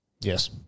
Yes